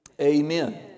Amen